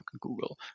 Google